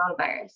coronavirus